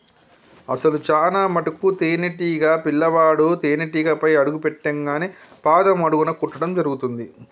అసలు చానా మటుకు తేనీటీగ పిల్లవాడు తేనేటీగపై అడుగు పెట్టింగానే పాదం అడుగున కుట్టడం జరుగుతుంది